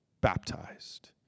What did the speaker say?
baptized